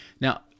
Now